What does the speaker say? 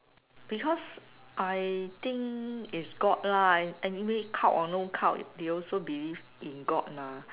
because I think it's god lah anyway cult or no cult they also believe in god mah